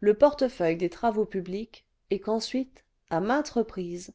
le portefeuille des travaux publics et qu'ensuite à maintes reprises